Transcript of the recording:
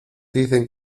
dicen